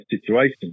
situation